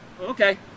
Okay